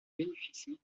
bénéficie